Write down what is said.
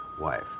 wife